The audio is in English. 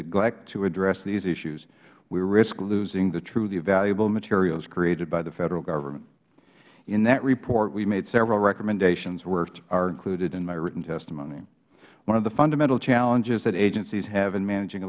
t to address these issues we risk losing the truly valuable materials created by the federal government in that report we made several recommendations which are included in my written testimony one of the fundamental challenges that agencies have in managing